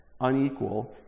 unequal